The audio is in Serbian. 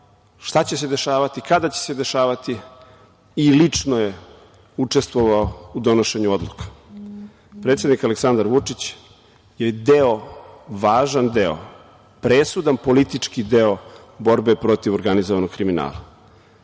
šta će se dešavati, kada će se dešavati i lično je učestvovao u donošenju odluka. Predsednik Aleksandar Vučić je deo, važan deo, presudan politički deo borbe protiv organizovanog kriminala